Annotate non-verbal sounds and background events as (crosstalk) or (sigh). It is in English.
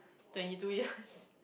twenty two years (laughs)